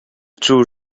czuł